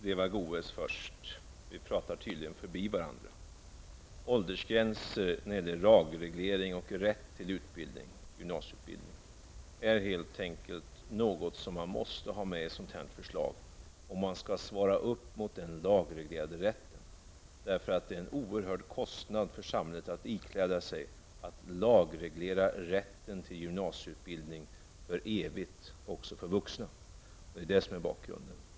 Herr talman! Eva Goe s och jag talar tydligen förbi varandra. En åldersgräns när det gäller rätten till gymnasieutbildning är helt enkelt något som man måste ha med i ett sådant här förslag, om man skall svara upp mot den lagreglerade rätten. Det innebär en oerhört stor kostnad för samhället att ikläda sig att lagreglera rätten till gymnasieutbildning för evigt också för vuxna. Detta är bakgrunden.